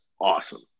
awesome